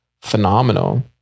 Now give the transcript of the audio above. phenomenal